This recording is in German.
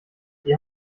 die